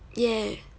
yeah